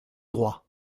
droit